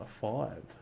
five